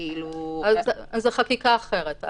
זו חקיקה אחרת.